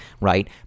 right